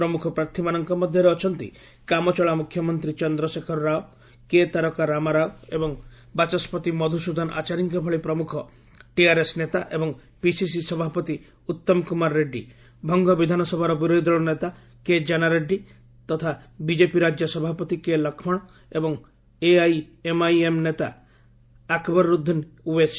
ପ୍ରମୁଖ ପ୍ରାର୍ଥୀମାନଙ୍କ ମଧ୍ୟରେ ଅଛନ୍ତି କାମଚଳା ମୁଖ୍ୟମନ୍ତ୍ରୀ ଚନ୍ଦ୍ରଶେଖର ରାଓ କେ ତାରକା ରାମାରାଓ ଏବଂ ବାଚସ୍କତି ମଧୁସ୍ତଦନ ଆଚାରୀଙ୍କ ଭଳି ପ୍ରମୁଖ ଟିଆର୍ଏସ୍ ନେତା ଏବଂ ପିସିସି ସଭାପତି ଉତ୍ତମ କୁମାର ରେଡ୍ଡୀ ଭଙ୍ଗ ବିଧାନସଭାର ବିରୋଧୀଦଳ ନେତା କେ ଜାନା ରେଡ୍ଡି ତଥା ବିଜେପି ରାଜ୍ୟ ସଭାପତି କେ ଲକ୍ଷ୍ମଣ ଏବଂ ଏଆଇଏମ୍ଆଇଏମ୍ ନେତା ଆକବରୁଦ୍ଦିନ ଓଓ୍ବେସି